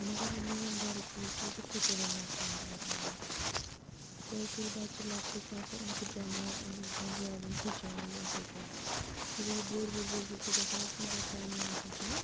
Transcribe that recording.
مگر میون غرٕض چھُ یہِ کہِ یہِ گوٚژھ سکوٗلَن منٛز تہِ یُن پَرناونہٕ کیٛازِکہِ ییٚلہِ بَچہِ لۄکٹُے چھُ آسان أمِس چھُ دٮ۪ماغ اَمہِ وِزِ آسان زیادٕ یہِ ہیٚچھہِ اَمہِ وِزِ اَصٕل پٲٹھۍ یُتھُے یہِ بوٚڈ بوٚڈ بوٚڈ بوٚڈ چھُ گژھان یہِ چھُنہٕ پَتہٕ تَمہِ آیہِ ہیٚچھان